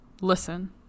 listen